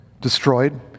destroyed